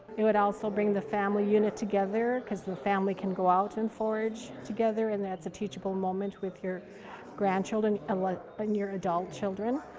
it would also bring the family unit together, cause the family can go out and forage together. and that's a teachable moment with your grandchildren and like and your adult children.